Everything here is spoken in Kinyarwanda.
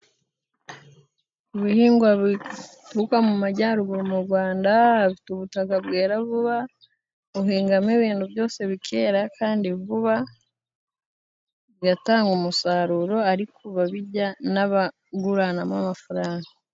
Ibihingwa bituruka mu majyaruguru mu Rwanda, hafite ubutaka bwera vuba, bahingamo ibintu byose bikera kandi vuba, bigatanga umusaruro ari ku babijya n'abaguranamo amafaranga.